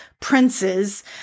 princes